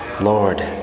Lord